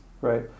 right